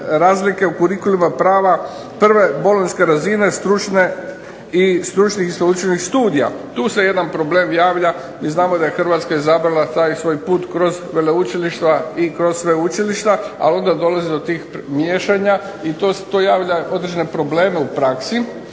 razlike u kurikulima prava prve bolonjske razine stručne i stručnih sveučilišnih studija. Tu se jedan problem javlja. I znamo da je Hrvatska izabrala taj svoj put kroz veleučilišta i kroz sveučilišta, a onda dolazi do tih miješanja i to javlja određene probleme u praksi